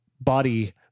body